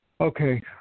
Okay